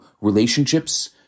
relationships